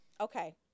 okay